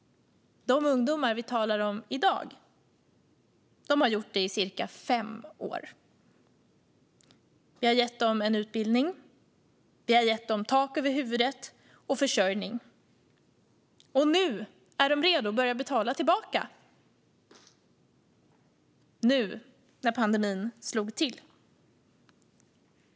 De ungdomar som vi talar om i dag har kostat det svenska samhället pengar i cirka fem år. Vi har gett dem en utbildning, tak över huvudet och försörjning. Nu var de redo att börja betala tillbaka, nu när pandemin slog till.